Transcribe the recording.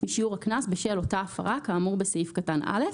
משיעור הקנס בשל אותה הפרה כאמור בסעיף קטן (א),